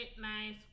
nice